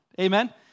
Amen